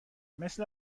مثل